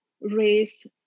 race